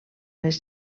les